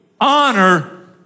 honor